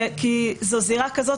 כי זו זירה כזאת,